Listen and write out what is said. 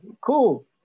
cool